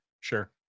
Sure